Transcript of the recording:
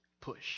push